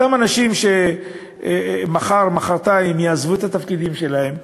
אותם אנשים מחר, מחרתיים יעזבו את התפקידים שלהם,